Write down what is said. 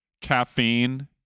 caffeine